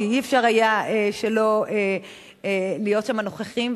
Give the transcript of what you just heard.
כי אי-אפשר היה שלא להיות נוכחים שם,